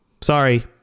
sorry